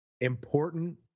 important